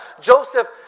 Joseph